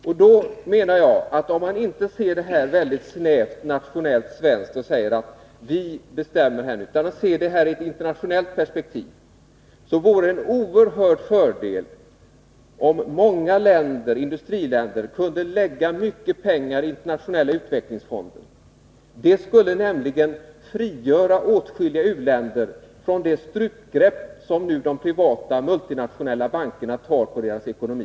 Om vi ser detta inte väldigt snävt nationellt svenskt utan i ett internationellt perspektiv, vore det en oerhörd fördel om många industriländer kunde lägga mycket pengar i Internationella utvecklingsfonden. Det skulle nämligen frigöra åtskilliga u-länder från det strupgrepp som de privata multinationella bankerna tar på deras ekonomi.